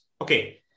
okay